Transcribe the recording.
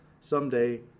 someday